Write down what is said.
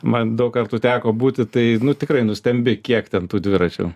man daug kartų teko būti tai nu tikrai nustembi kiek ten tų dviračių